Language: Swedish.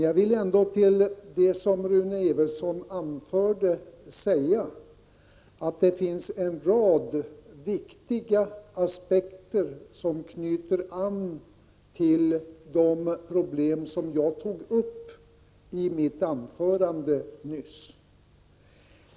Jag vill ändå till det som Rune Evensson anförde säga att det finns en rad viktiga aspekter som knyter an till de problem jag tog upp i mitt anförande nyss.